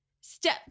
step